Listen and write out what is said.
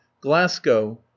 glasgow